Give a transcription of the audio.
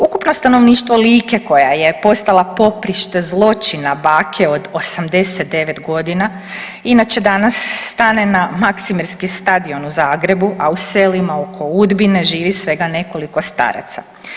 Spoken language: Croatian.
Ukupno stanovništvo Like koja je postala poprište zločina bake od 89 godina, inače danas stane na Maksimirski stadion u Zagrebu, a u selima oko Udbine živi svega nekoliko staraca.